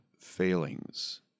failings